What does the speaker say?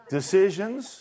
decisions